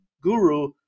Guru